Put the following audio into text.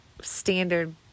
standard